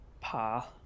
Pa